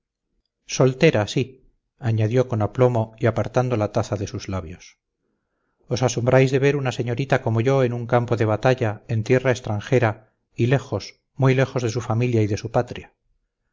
soltera sí añadió con aplomo y apartando la taza de sus labios os asombráis de ver una señorita como yo en un campo de batalla en tierra extranjera y lejos muy lejos de su familia y de su patria